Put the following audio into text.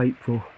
April